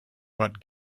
but